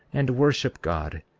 and worship god,